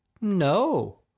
No